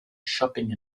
shopping